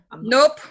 nope